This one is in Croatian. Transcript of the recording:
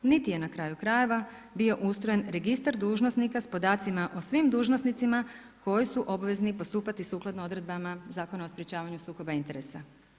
Niti je na kraju krajeva ustrojen registar dužnosnika s podacima o svim dužnosnicima koji su obvezni postupati sukladno odredbama Zakona o sprječavanju sukoba interesa.